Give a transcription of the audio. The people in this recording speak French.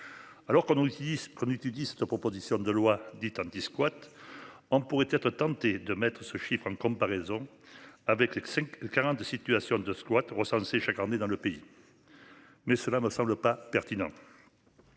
dit qu'on utilise cette proposition de loi dite anti-squats. On pourrait être tenté de mettre ce chiffre en comparaison avec les 5, 42. Situation de squats recensés chaque année dans le pays. Mais cela me semble pas pertinent.